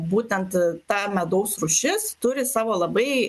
būtent ta medaus rūšis turi savo labai